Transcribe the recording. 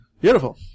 Beautiful